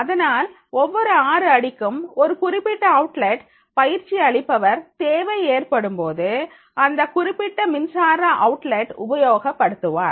அதனால் ஒவ்வொரு ஆறு அடிக்கும் ஒரு குறிப்பிட்ட அவுட்லெட் பயிற்சி அளிப்பவர் தேவை ஏற்படும்போது அந்த குறிப்பிட்ட மின்சார அவுட்லெட் உபயோக படுத்துவார்